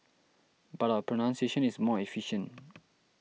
but our pronunciation is more efficient